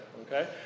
okay